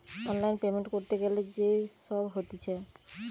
online payment ক্যরতে গ্যালে যে সব হতিছে